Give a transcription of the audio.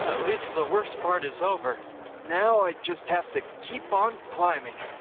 at least the worst part is over now, i just have to keep on climbing